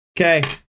okay